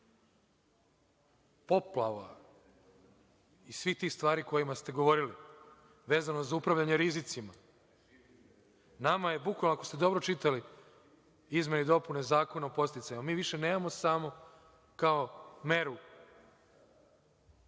poplava i svih tih stvari o kojima ste govorili, vezano za upravljanje rizicima, ako ste dobro čitali izmene i dopune Zakona o podsticajima, mi više nemamo samo kao meru